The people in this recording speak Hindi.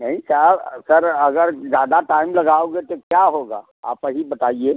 नहीं सब सर अगर ज़्यादा टाइम लगाओगे तो क्या होगा आप ही बताइए